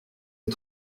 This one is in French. est